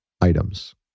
items